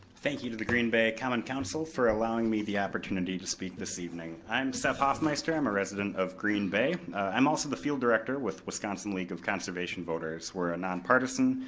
thank you to the green bay common council for allowing me the opportunity to speak this evening. i'm seth hoffmeister, i'm a resident of green bay. i'm also the field director with wisconsin league of conservation voters. we're a non-partisan,